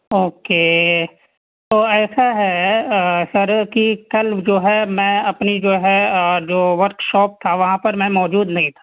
okay تو ایسا ہے سر کہ کل جو ہے میں اپنی جو ہے جو ورک شاپ تھا وہاں پر میں موجود نہیں تھا